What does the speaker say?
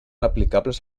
aplicables